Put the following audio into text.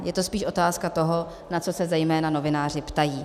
Je to spíš otázka toho, na co se zejména novináři ptají.